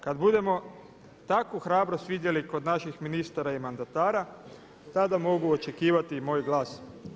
Kad budemo takvu hrabrost vidjeli kod naših ministara i mandatara tada mogu očekivati i moj glas.